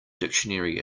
dictionary